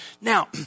Now